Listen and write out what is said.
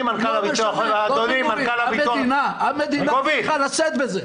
המדינה צריכה לשאת בזה.